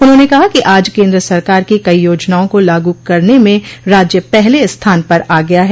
उन्होंने कहा कि आज केन्द्र सरकार की कई योजनाओं को लागू करने में राज्य पहले स्थान पर आ गया है